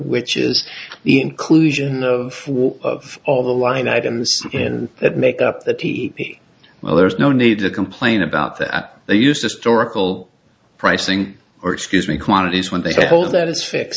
which is the inclusion of of all the line items in that make up that well there's no need to complain about that they use historical pricing or excuse me quantities when they hold that is fix